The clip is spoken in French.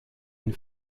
une